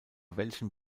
welchen